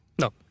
No